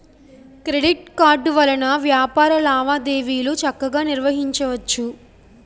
credit card వలన వ్యాపార లావాదేవీలు చక్కగా నిర్వహించవచ్చు